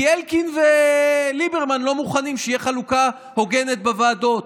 כי אלקין וליברמן לא מוכנים שתהיה חלוקה הוגנת בוועדות,